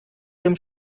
dem